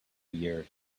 year